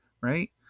Right